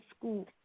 school